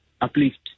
uplift